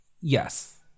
yes